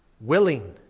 willing